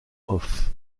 off